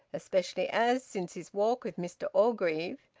especially as, since his walk with mr orgreave,